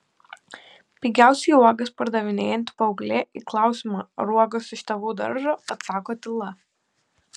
pigiausiai uogas pardavinėjanti paauglė į klausimą ar uogos iš tėvų daržo atsako tyla